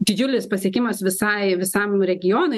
didžiulis pasiekimas visai visam regionui